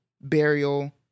burial